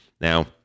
Now